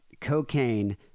Cocaine